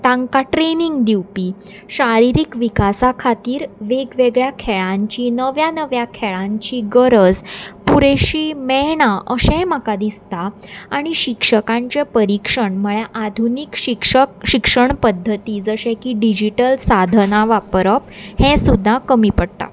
तांकां ट्रेनिंग दिवपी शारिरीक विकासा खातीर वेगवेगळ्या खेळांची नव्या नव्या खेळांची गरज पुरेशी मेळना अशेंय म्हाका दिसता आनी शिक्षकांचें परिक्षण म्हळ्यार आधुनीक शिक्षक शिक्षण पद्दती जशें की डिजीटल साधनां वापरप हें सुद्दां कमी पडटा